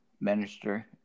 minister